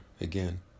again